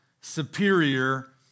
Superior